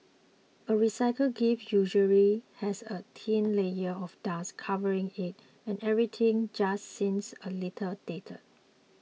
a recycled gift usually has a thin layer of dust covering it and everything just seems a little dated